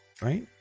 right